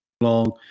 long